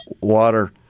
water